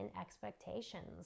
expectations